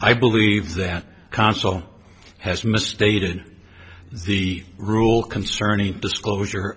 i believe that consol has misstated the rule concerning disclosure